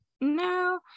no